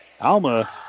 Alma